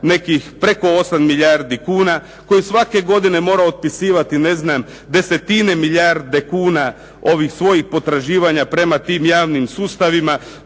nekih preko 8 milijardi kuna, koji je svake godine morao otpisivati desetine milijardi kuna svojih potraživanja prema tim javnim sustavima